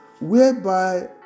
whereby